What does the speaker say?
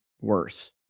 worse